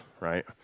right